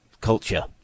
culture